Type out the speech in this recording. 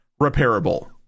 repairable